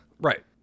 right